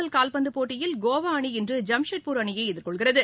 L கால்பந்து போட்டியில் கோவா அணி இன்று ஜாம்ஷெட்பூர் அணியை எதிர்ஷெள்கின்றது